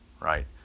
right